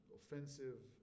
offensive